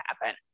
happen